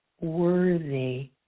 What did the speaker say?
worthy